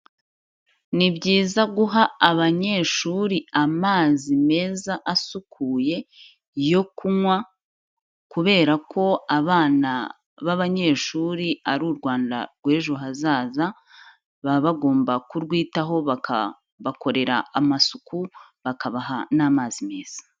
Ni byiza guha abanyeshuri amazi meza asukuye yo kunywa, kubera ko abana b'abanyeshuri ari u Rwanda rw'ejo hazaza, baba bagomba kurwitaho bakabakorera amasuku bakabaha n'amazi meza.